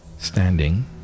Standing